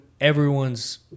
everyone's